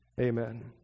Amen